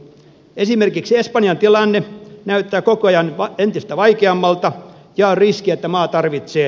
esimerkiksi espanjan tilanne näyttää koko ajan va entistä vaikeammalta ja riski että maa tarvitsee